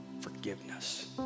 forgiveness